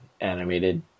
animated